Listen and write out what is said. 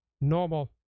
normal